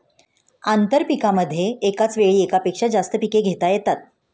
आंतरपीकांमध्ये एकाच वेळी एकापेक्षा जास्त पिके घेता येतात